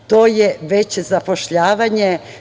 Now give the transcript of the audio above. To je veće zapošljavanje.